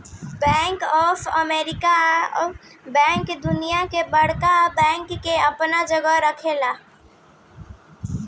bank of America bank दुनिया के बड़का बैंक में आपन जगह रखेला